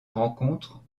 rencontre